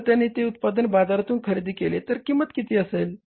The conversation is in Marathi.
जर त्यांनी ते उत्पादन बाजारातून खरेदी केले तर किंमत किती असेल